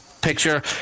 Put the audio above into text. picture